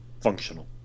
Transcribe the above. Functional